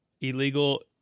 Illegal